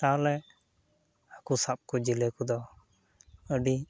ᱛᱟᱦᱚᱞᱮ ᱦᱟᱹᱠᱩ ᱥᱟᱵᱽᱠᱚ ᱡᱮᱞᱮ ᱠᱚᱫᱚ ᱟᱹᱰᱤ